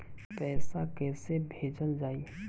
पैसा कैसे भेजल जाइ?